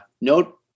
note